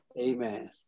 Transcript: amen